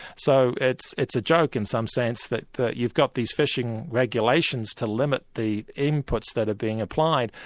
so it's it's a joke in some sense, that that you've got these fishing regulations to limit the inputs that are being applied,